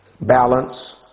balance